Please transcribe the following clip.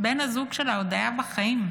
בן הזוג שלה עוד היה בחיים.